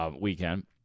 Weekend